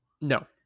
No